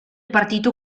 partito